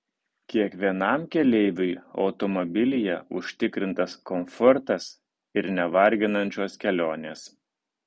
kiekvienam keleiviui automobilyje užtikrintas komfortas ir nevarginančios kelionės